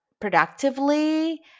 productively